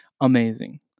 amazing